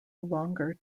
longer